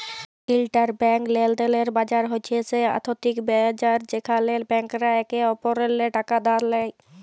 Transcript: interbank লেলদেলের বাজার হছে সে আথ্থিক বাজার যেখালে ব্যাংকরা একে অপরেল্লে টাকা ধার লেয়